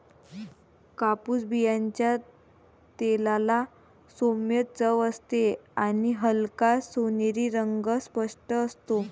कापूस बियांच्या तेलाला सौम्य चव असते आणि हलका सोनेरी रंग स्पष्ट असतो